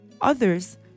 Others